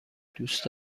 دوست